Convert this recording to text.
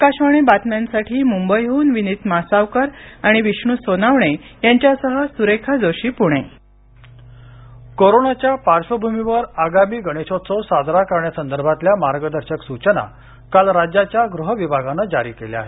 आकाशवाणी बातम्यांसाठी मुंबईहून विनीत मासावकर आणि विष्णू सोनावणे यांच्यासह गणेशोत्सव सूचना कोरोनाच्या पार्श्वभूमीवर आगामी गणेशोत्सव साजरा करण्यासंदर्भातल्या मार्गदर्शक सूचना काल राज्याच्या गृह विभागानं जारी केल्या आहेत